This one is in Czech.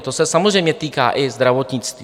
To se samozřejmě týká i zdravotnictví.